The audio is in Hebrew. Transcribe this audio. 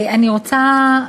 אני רוצה,